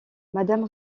madame